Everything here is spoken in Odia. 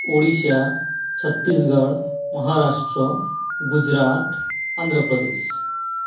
ଓଡ଼ିଶା ଛତିଶଗଡ଼ ମହାରାଷ୍ଟ୍ର ଗୁଜୁରାଟ ଆନ୍ଧ୍ରପ୍ରଦେଶ